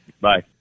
Bye